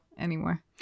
anymore